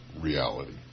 reality